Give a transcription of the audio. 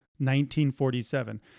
1947